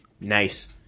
Nice